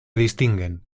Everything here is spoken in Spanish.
distinguen